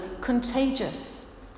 contagious